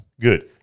Good